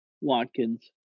Watkins